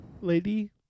lady